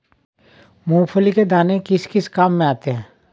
मूंगफली के दाने किस किस काम आते हैं?